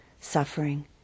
suffering